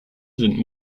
sind